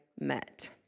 met